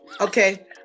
Okay